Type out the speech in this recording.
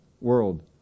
world